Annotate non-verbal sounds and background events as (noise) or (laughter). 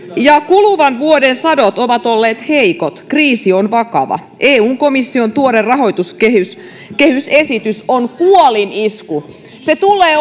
ja kuluvan vuoden sadot ovat olleet heikot kriisi on vakava eu komission tuore rahoituskehysesitys on kuolinisku se tulee (unintelligible)